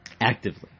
actively